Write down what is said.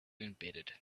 embedded